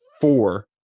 four